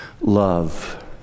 love